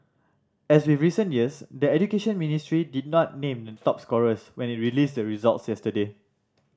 as with recent years the Education Ministry did not name the top scorers when it released the results yesterday